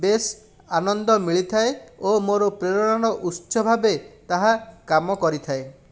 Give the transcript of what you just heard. ବେସ୍ ଆନନ୍ଦ ମିଳିଥାଏ ଓ ମୋର ପ୍ରେରଣାର ଉତ୍ସ ଭାବେ ତାହା କାମ କରିଥାଏ